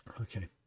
Okay